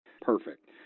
Perfect